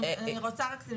אני רוצה רק להמשיך לדבר.